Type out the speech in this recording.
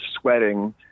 sweating